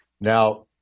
Now